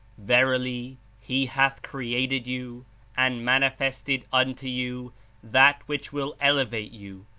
verily, he hath created you and manifested unto you that which will elevate you,